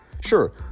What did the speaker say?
Sure